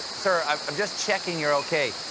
sir, i'm just checking you are okay.